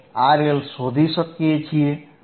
આપણે RL શોધી શકીએ છીએ